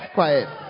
Quiet